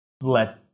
let